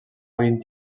vint